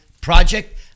project